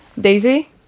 Daisy